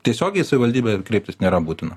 tiesiogiai į savivaldybę kreiptis nėra būtina